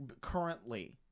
currently